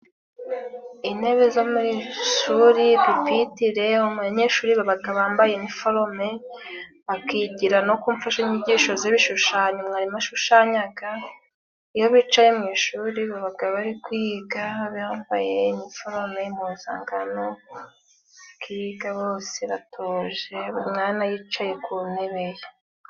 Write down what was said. Intebe zo mu ishuri pipitire abanyeshuri babaga bambaye iniforume bakigira no ku mfashanyigisho z'ibishushanyo mwarimu ashushanyaga. Iyo bicaye mu ishuri babaga bari kwiga bambaye iniforume, impuzankano bakiga bose batuje, umwana yicaye ku ntebe ye.